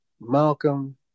Malcolm